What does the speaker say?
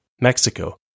Mexico